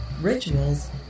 rituals